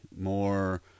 more